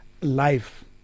life